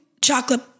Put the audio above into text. chocolate